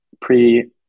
pre